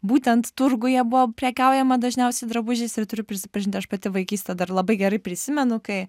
būtent turguje buvo prekiaujama dažniausiai drabužiais ir turiu prisipažinti aš pati vaikystėj dar labai gerai prisimenu kai